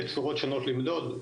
יש צורות שונות למדוד.